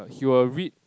err he will read